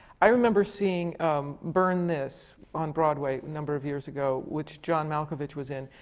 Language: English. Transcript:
i remember seeing burn this on broadway, a number of years ago, which john malkovich was in.